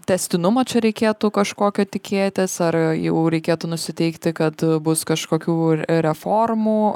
tęstinumo čia reikėtų kažkokio tikėtis ar jau reikėtų nusiteikti kad bus kažkokių reformų